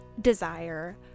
desire